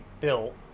built